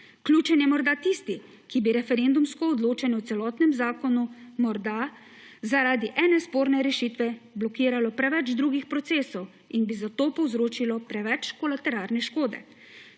Ključen je morda tisti, ki bi referendumsko odločanje o celotnem zakonu morda zaradi ene sporne rešitve blokiralo preveč drugih procesov in bi zato povzročilo preveč kolateralne škode.